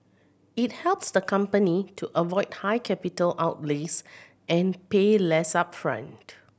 it helps the company to avoid high capital outlays and pay less upfront